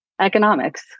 economics